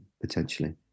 potentially